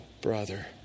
brother